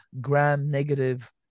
gram-negative